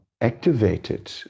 activated